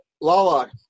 Lala